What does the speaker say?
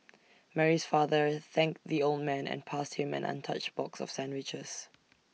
Mary's father thanked the old man and passed him an untouched box of sandwiches